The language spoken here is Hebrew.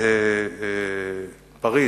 בפריס,